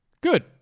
Good